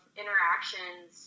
interactions